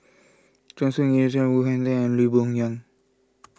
Choor Singh Woon and Lee Boon Yang